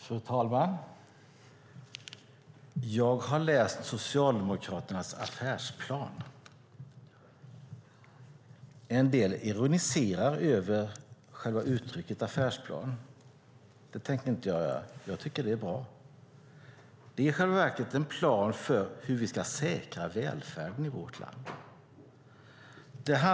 Fru talman! Jag har läst Socialdemokraternas affärsplan. En del ironiserar över själva uttrycket affärsplan. Det tänker inte jag göra. Jag tycker att det är bra. Det är i själva verket en plan för hur vi ska säkra välfärden i vårt land.